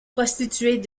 prostituées